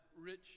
rich